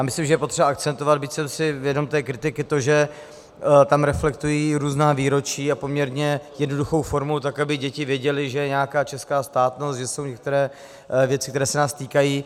Myslím, že je potřeba akcentovat, byť jsem si vědom té kritiky, to, že tam reflektují různá výročí a poměrně jednoduchou formou tak, aby děti věděly, že je nějaká česká státnost, že jsou některé věci, které se nás týkají.